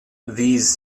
these